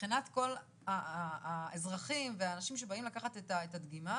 מבחינת כל האזרחים והאנשים שבאים לתת את הדגימה,